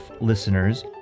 listeners